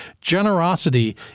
generosity